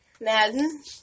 Madden